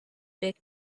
big